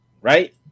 right